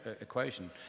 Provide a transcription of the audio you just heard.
equation